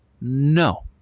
No